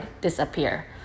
disappear